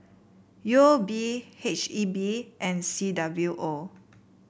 U O B H E B and C W O